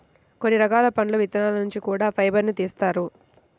కొన్ని రకాల పండు విత్తనాల నుంచి కూడా ఫైబర్ను తీత్తారు